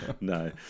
no